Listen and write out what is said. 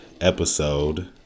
episode